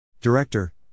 Director